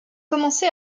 commencé